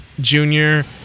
Junior